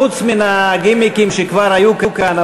חוץ מן הגימיקים שכבר היו כאן,